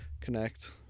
connect